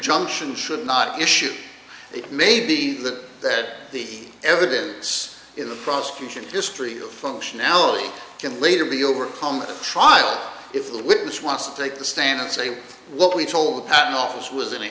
injunction should not issue it may be that the evidence in the prosecution history functionality can later be overcome the trial if the witness wants to take the stand and say what we told patent office was an